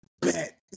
bet